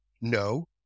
no